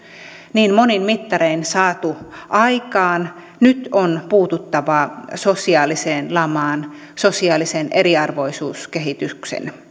niin monin mittarein saatu aikaan nyt on puututtava sosiaaliseen lamaan sosiaalisen eriarvoisuuskehityksen